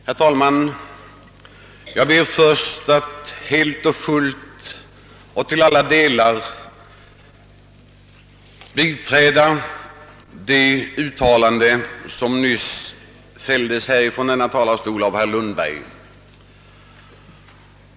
Herr talman! Jag ber först att helt och fullt få instämma i det uttalande som herr Lundberg nyss gjorde.